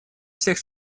всех